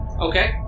Okay